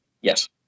Yes